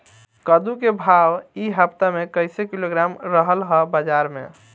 कद्दू के भाव इ हफ्ता मे कइसे किलोग्राम रहल ह बाज़ार मे?